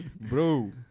Bro